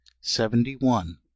seventy-one